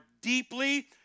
deeply